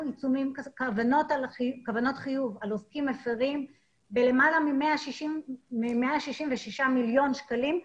כוונות חיוב על עוסקים מפרים בלמעלה מ-166 מיליון שקלים,